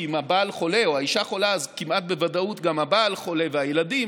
כי אם הבעל חולה או האישה חולה אז כמעט בוודאות גם הבעל חולה והילדים,